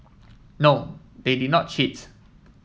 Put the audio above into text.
no they did not cheat